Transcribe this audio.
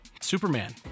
Superman